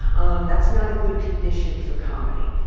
um that's not a good condition for comedy.